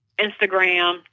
Instagram